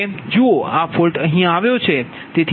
જુઓ આ ફોલ્ટ અહીં આવ્યો છે